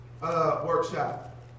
workshop